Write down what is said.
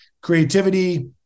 creativity